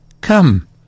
Come